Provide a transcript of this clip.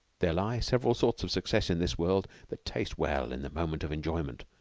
there lie several sorts of success in this world that taste well in the moment of enjoyment,